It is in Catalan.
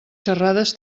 xerrades